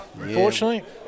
unfortunately